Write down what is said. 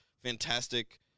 fantastic